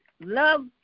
love